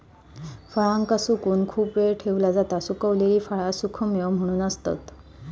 फळांका सुकवून खूप वेळ ठेवला जाता सुखवलेली फळा सुखेमेवे म्हणून असतत